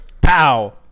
Pow